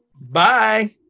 bye